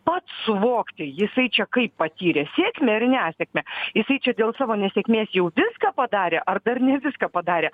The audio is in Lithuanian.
pats suvokti jisai čia kaip patyrė sėkmę ir nesėkmę jisai čia dėl savo nesėkmės jau viską padarė ar dar ne viską padarė